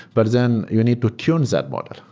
but then you need to tune that model.